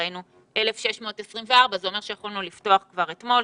ראינו 1,624. זה אומר שיכולנו לפתוח כבר אתמול.